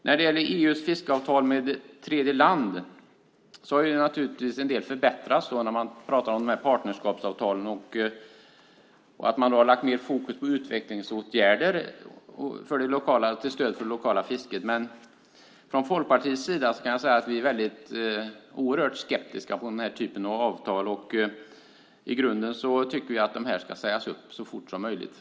När det gäller EU:s fiskeavtal med tredjeland har naturligtvis en del förbättrats genom partnerskapsavtalen, och man har lagt mer fokus på utvecklingsåtgärder till stöd för det lokala fisket. Från Folkpartiets sida är vi dock oerhört skeptiska mot den här typen av avtal. I grunden tycker vi att de ska sägas upp så fort som möjligt.